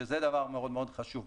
שזה דבר מאוד מאוד חשוב.